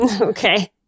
Okay